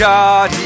God